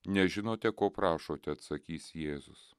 nežinote ko prašote atsakys jėzus